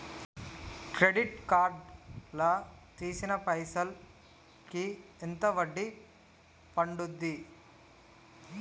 Credit card లా తీసిన పైసల్ కి ఎంత వడ్డీ పండుద్ధి?